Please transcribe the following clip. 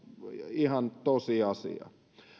ihan tosiasia